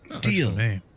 Deal